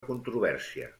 controvèrsia